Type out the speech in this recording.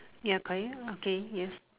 ya correct okay yes